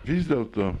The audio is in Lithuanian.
vis dėlto